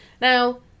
Now